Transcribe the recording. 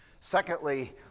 Secondly